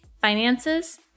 finances